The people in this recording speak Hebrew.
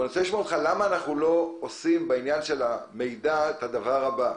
למה אנחנו לא עושים בעניין של המידע את הדבר הבא: